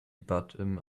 bottom